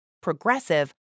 progressive